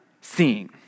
seeing